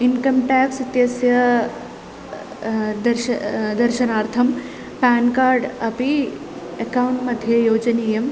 income tax इत्यस्य दर्शनं दर्शनार्थं पेन् कार्ड् अपि अकौण्ट् मध्ये योजनीयम्